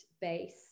base